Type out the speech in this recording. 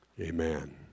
Amen